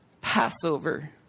Passover